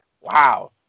wow